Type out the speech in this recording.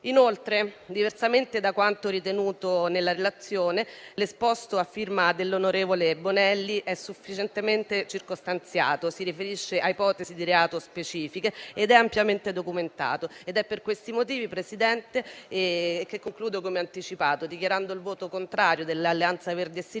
Inoltre, diversamente da quanto ritenuto nella relazione, l'esposto a firma dell'onorevole Bonelli è sufficientemente circostanziato: si riferisce a ipotesi di reato specifiche ed è ampiamente documentato. Per questi motivi, signor Presidente, come anticipato, dichiaro il voto contrario dell'Alleanza Verdi e Sinistra